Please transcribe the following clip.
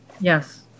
Yes